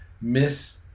miss